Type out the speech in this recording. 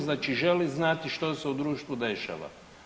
Znači želi znati što se u društvu dešava.